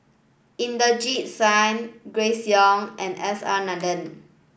Inderjit Singh Grace Young and S R Nathan